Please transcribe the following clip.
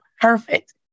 perfect